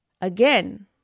again